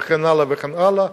וכן הלאה וכן הלאה.